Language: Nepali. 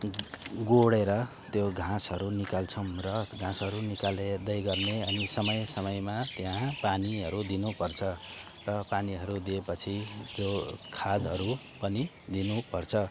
गोडेर त्यो घाँसहरू निकाल्छौँ र घाँसहरू निकाल्दै गर्ने अनि समय समयमा त्यहाँ पानीहरू दिनुपर्छ र पानीहरू दिए पछि त्यो खाधहरू पनि दिनु पर्छ